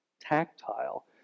tactile